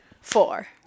four